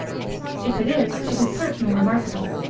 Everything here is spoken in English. if it is, it is certainly remarkable.